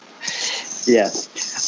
Yes